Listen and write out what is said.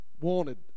wanted